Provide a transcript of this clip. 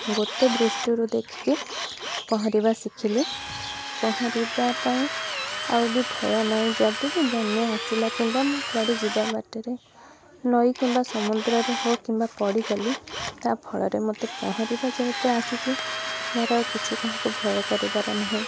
ଗୋଟେ ଦୃଷ୍ଟିରୁ ଦେଖିକି ପହଁରିବା ଶିଖିଲି ପହଁରିବା ପାଇଁ ଆଉ ବି ଭୟ ନାହିଁ ଯଦି ବି ବନ୍ୟା ଆସିଲା କିମ୍ବା ମୁଁ କୁଆଡେ ଯିବା ବାଟରେ ନଈ କିମ୍ବା ସମୁଦ୍ରରେ ହେଉ କିମ୍ବା ପଡ଼ିଗଲି ତା ଫଳରେ ମୋତେ ପହଁରିବା ଯେହେତୁ ଆସିଛି ମୋର ଆଉ କିଛି କାହାକୁ ଭୟ କରିବାର ନାହିଁ